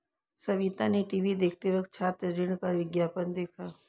सविता ने टीवी देखते वक्त छात्र ऋण का विज्ञापन देखा